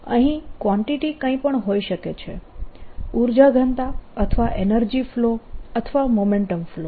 અહીં કવાન્ટીટી કઈ પણ હોઈ શકે છે ઉર્જા ઘનતા અથવા એનર્જી ફ્લો અથવા મોમેન્ટમ ફ્લો